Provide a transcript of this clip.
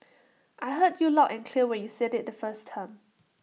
I heard you loud and clear when you said IT the first time